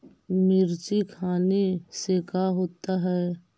मिर्ची खाने से का होता है?